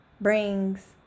brings